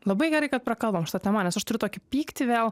labai gerai kad prakalbom šita tema nes aš turiu tokį pyktį vėl